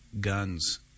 guns